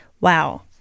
Wow